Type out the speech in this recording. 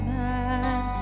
man